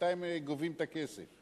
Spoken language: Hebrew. בינתיים גובים את הכסף.